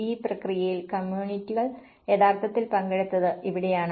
ഈ പ്രക്രിയയിൽ കമ്മ്യൂണിറ്റികൾ യഥാർത്ഥത്തിൽ പങ്കെടുത്തത് ഇവിടെയാണ്